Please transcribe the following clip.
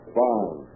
fine